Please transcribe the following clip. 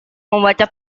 membaca